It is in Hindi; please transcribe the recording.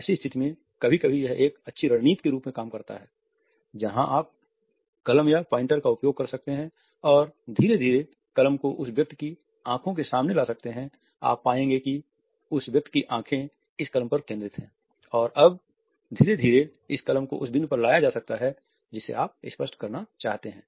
ऐसी स्थिति में कभी कभी यह एक अच्छी रणनीति के रूप में काम करता है जहाँ आप कलम या पॉइंटर का उपयोग कर सकते हैं और धीरे धीरे कलम को उस व्यक्ति की आंखों के सामने ला सकते हैं आप पाएंगे कि उस व्यक्ति की आँखें इस कलम पर केंद्रित हैं और अब धीरे धीरे इस कलम को उस बिंदु पर लाया जा सकता है जिसे आप स्पष्ट करना चाहते हैं